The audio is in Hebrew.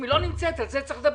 אם היא לא נמצאת על זה צריך לדבר.